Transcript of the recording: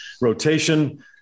rotation –